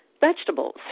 Vegetables